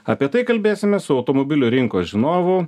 apie tai kalbėsimės su automobilių rinkos žinovu